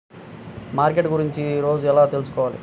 Market గురించి రోజు ఎలా తెలుసుకోవాలి?